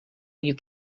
you